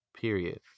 period